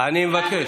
אני מבקש.